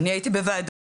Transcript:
אני הייתי בוועדות.